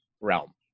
realm